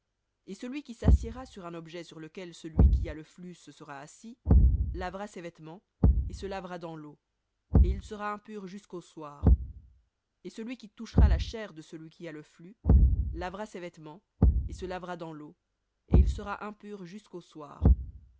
et celui qui s'assiéra sur un objet sur lequel celui qui a le flux se sera assis lavera ses vêtements et se lavera dans l'eau et il sera impur jusqu'au soir et celui qui touchera la chair de celui qui a le flux lavera ses vêtements et se lavera dans l'eau et il sera impur jusqu'au soir